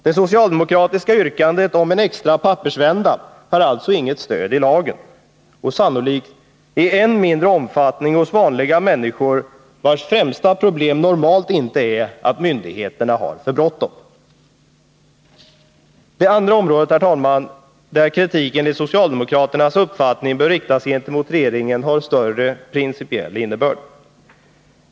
Det socialdemokratiska yrkandet om en extra pappersvända har alltså inget stöd i lagen och sannolikt i än mindre omfattning hos vanliga människor, vilkas främsta problem normalt inte är att myndigheterna har för bråttom. Det andra området, herr talman, där kritik enligt socialdemokraternas uppfattning bör riktas mot regeringen har större principiell innebörd.